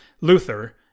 Luther